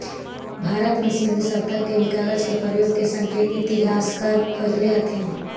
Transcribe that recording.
भारत में सिन्धु सभ्यता में भी कागज के प्रयोग के संकेत इतिहासकार खोजले हथिन